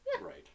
Right